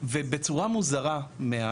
ובצורה מוזרה מעט,